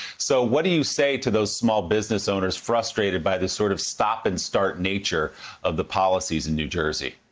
so what do you say to the small business owners frustrated by the sort of stop and start nature of the policies in new jersey?